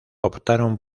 optaron